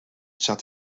zat